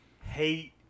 hate